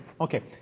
Okay